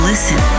Listen